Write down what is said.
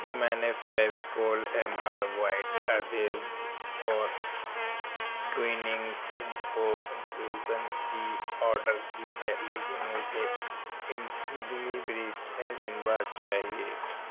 میں نے Fevicol M R white adhesive اور ٹویننگز انفو انفیوژن ٹی آڈر کی ہے لیکن مجھے ان کی ڈلیوری چھ دن بعد چاہیے